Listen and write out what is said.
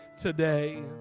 today